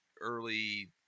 early